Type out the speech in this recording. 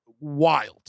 Wild